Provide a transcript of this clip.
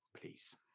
please